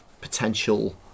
potential